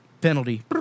Penalty